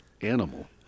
animal